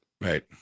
Right